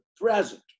present